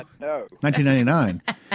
1999